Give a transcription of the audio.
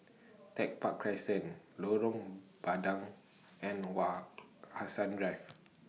Tech Park Crescent Lorong Bandang and Wak Hassan Drive